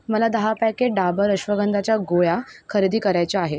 मला दहा पॅकेट डाबर अश्वगंधाच्या गोळ्या खरेदी करायच्या आहे